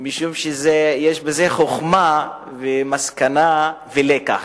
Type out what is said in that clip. שיש בזה חוכמה, מסקנה ולקח.